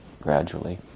gradually